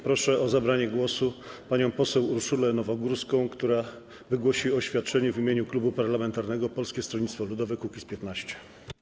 Proszę o zabranie głosu panią poseł Urszulę Nowogórską, która wygłosi oświadczenie w imieniu klubu parlamentarnego Polskie Stronnictwo Ludowe - Kukiz15.